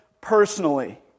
personally